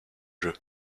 jeux